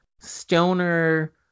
stoner